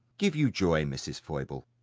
give you joy, mrs. foible.